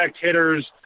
hitters